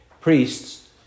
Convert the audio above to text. priests